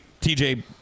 TJ